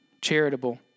charitable